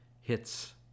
hits